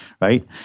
right